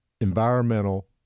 environmental